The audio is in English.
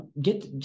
get